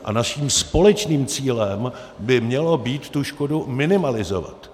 A naším společným cílem by mělo být tu škodu minimalizovat.